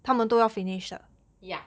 ya